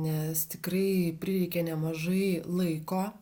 nes tikrai prireikė nemažai laiko